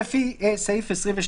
משלוח הודעות לפי סעיף 22כח."